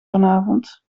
vanavond